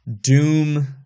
doom